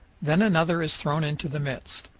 then another is thrown into the midst.